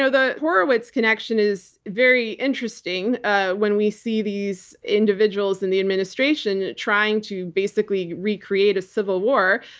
ah the horowitz connection is very interesting ah when we see these individuals in the administration trying to basically recreate a civil war.